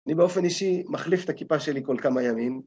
אני באופן אישי מחליף את הכיפה שלי כל כמה ימים.